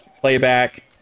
playback